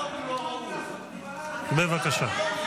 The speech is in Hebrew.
בבקשה.